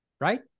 Right